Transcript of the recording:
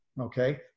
okay